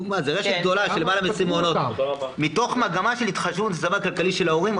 מתוך מגמה של התחשבות במצבם הכלכלי של ההורים,